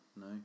no